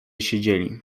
siedzieli